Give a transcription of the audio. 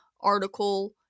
article